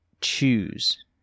choose